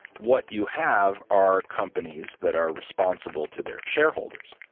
what you have are companies that are responsible to their shareholders,